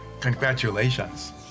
Congratulations